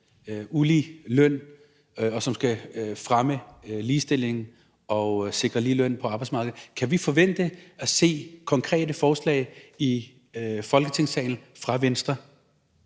ulige løn, og som skal fremme ligestillingen og sikre lige løn på arbejdsmarkedet? Kan vi forvente at se konkrete forslag i Folketingssalen fra Venstres